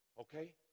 okay